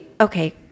okay